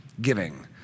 giving